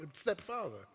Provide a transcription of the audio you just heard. stepfather